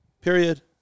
Period